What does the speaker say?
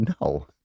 no